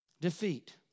Defeat